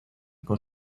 con